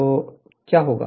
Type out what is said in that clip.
तो क्या होगा